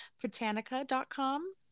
Britannica.com